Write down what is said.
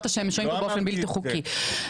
לא אמרתי את זה.